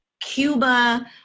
Cuba